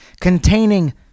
Containing